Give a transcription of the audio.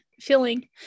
feeling